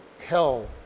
hell